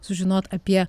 sužinot apie